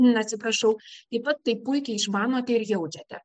m atsiprašau taip pat tai puikiai išmanote ir jaučiate